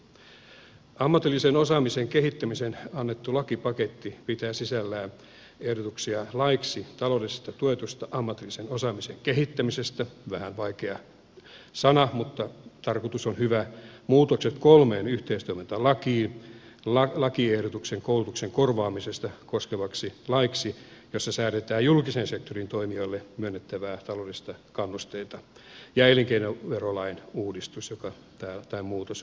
annettu ammatillisen osaamisen kehittämisen lakipaketti pitää sisällään ehdotuksia laiksi taloudellisesti tuetusta ammatillisen osaamisen kehittämisestä vähän vaikea sana mutta tarkoitus on hyvä muutokset kolmeen yhteistoimintalakiin lakiehdotuksen koulutuksen korvaamisesta koskevaksi laiksi jossa säädetään julkisen sektorin toimijoille myönnettävistä taloudellisista kannusteista ja elinkeinoverolain muutoksen joka täällä on ollut käsittelyssä